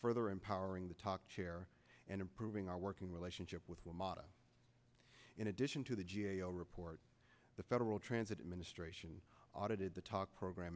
further empowering the talk chair and improving our working relationship with one model in addition to the g a o report the federal transit administration audited the talk program